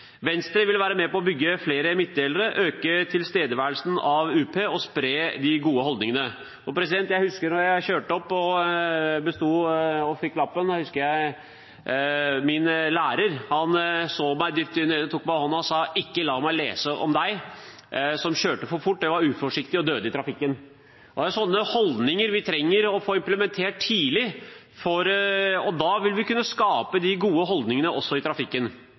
Venstre vil være med på å bygge flere midtdelere, øke tilstedeværelsen av UP og spre de gode holdningene. Jeg husker da jeg hadde kjørt opp og fikk lappen: Læreren min så meg dypt inn i øynene, tok meg i hånden og sa: Ikke la meg lese om deg at du kjørte for fort, var uforsiktig og døde i trafikken. Det er sånne holdninger vi trenger å få implementert tidlig, for da vil vi kunne skape de gode holdningene også i trafikken.